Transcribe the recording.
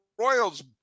Royals